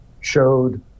showed